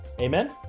Amen